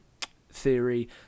theory